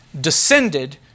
descended